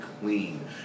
clean